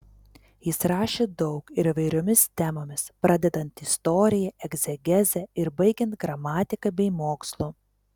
jis rašė daug ir įvairiomis temomis pradedant istorija egzegeze ir baigiant gramatika bei mokslu